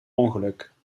ongeluk